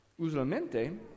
Usualmente